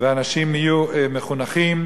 ואנשים יהיו מחונכים.